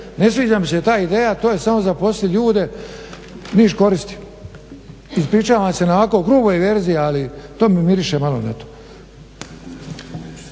ne sviđa mi se ta ideja. To je samo zaposliti ljude, ništ' koristi. Ispričavam se na ovako gruboj verziji ali to mi miriše malo na to.